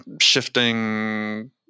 shifting